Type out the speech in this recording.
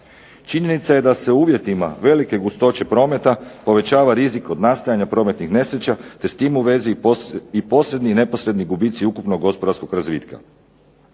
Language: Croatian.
Činjenica je da se u uvjetima velike gustoće prometa povećava rizik od nastajanja prometnih nesreća te s tim u vezi i posredni i neposredni gubici ukupnog gospodarskog razvitka.